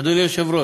אדוני היושב-ראש,